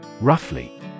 Roughly